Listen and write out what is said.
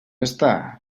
està